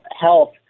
health